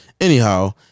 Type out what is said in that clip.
Anyhow